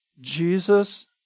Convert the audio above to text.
Jesus